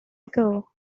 ago